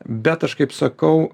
bet aš kaip sakau